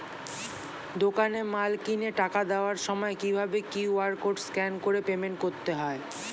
দোকানে মাল কিনে টাকা দেওয়ার সময় কিভাবে কিউ.আর কোড স্ক্যান করে পেমেন্ট করতে হয়?